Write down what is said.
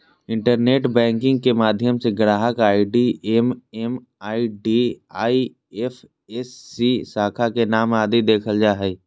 internet banking के माध्यम से ग्राहक आई.डी एम.एम.आई.डी, आई.एफ.एस.सी, शाखा के नाम आदि देखल जा हय